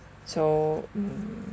so mm